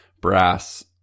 brass